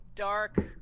dark